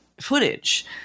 footage